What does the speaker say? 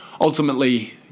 ultimately